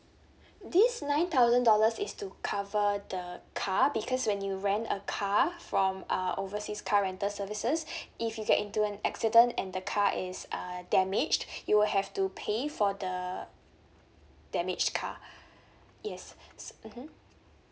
this nine thousand dollars is to cover the car because when you rent a car from uh overseas car rental services if you get into an accident and the car is uh damaged you will have to pay for the damaged car yes s~ mmhmm